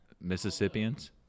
mississippians